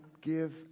give